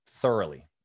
thoroughly